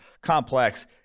complex